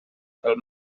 pel